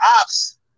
ops